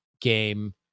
game